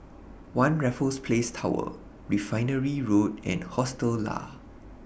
one Raffles Place Tower Refinery Road and Hostel Lah